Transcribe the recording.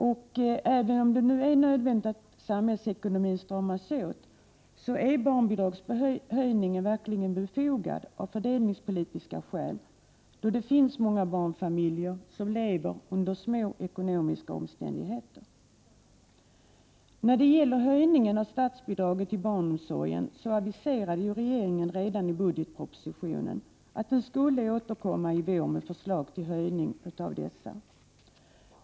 Och även om det är nödvändigt att samhällsekonomin stramas åt, är barnbidragshöjningen verkligen befogad av fördelningspolitiska skäl, då många barnfamiljer lever under små ekonomiska omständigheter. Regeringen aviserade redan i budgetpropositionen att den skulle återkomma i vår med förslag till höjning av statsbidragen till barnomsorgen.